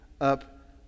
up